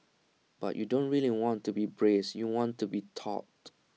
but you don't really want to be braced you want to be taut